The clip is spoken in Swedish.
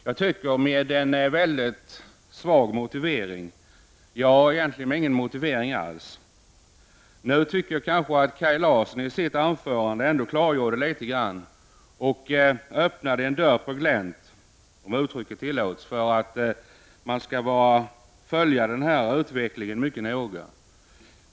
Jag tycker att motiveringen är mycket svag, det är egentligen ingen motivering alls. Kaj Larsson klargjorde ändå litet grand i sitt anförande och öppnade en dörr på glänt — om uttrycket tilllåts — för att man skall följa denna utveckling mycket noga.